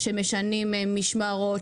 שמשנים משמרות,